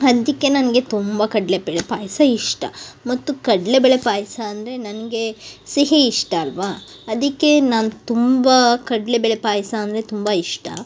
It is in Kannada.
ಅದಕ್ಕೆ ನನಗೆ ತುಂಬ ಕಡ್ಲೆಬೇಳೆ ಪಾಯಸ ಇಷ್ಟ ಮತ್ತು ಕಡ್ಲೆಬೇಳೆ ಪಾಯ್ಸ ಅಂದರೆ ನನಗೆ ಸಿಹಿ ಇಷ್ಟ ಅಲ್ಲವಾ ಅದಕ್ಕೆ ನಾನು ತುಂಬ ಕಡ್ಲೆಬೇಳೆ ಪಾಯಸ ಅಂದರೆ ತುಂಬ ಇಷ್ಟ